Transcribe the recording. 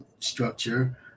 Structure